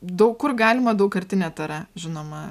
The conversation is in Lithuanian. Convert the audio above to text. daug kur galima daugkartinė tara žinoma